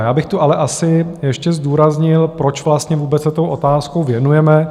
Já bych tu ale asi ještě zdůraznil, proč vlastně vůbec se té otázce věnujeme.